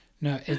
No